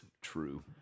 True